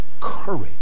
courage